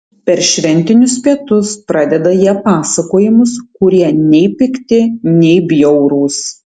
per šventinius pietus pradeda jie pasakojimus kurie nei pikti nei bjaurūs